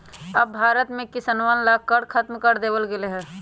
अब भारत में किसनवन ला कर खत्म कर देवल गेले है